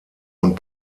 und